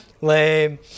Lame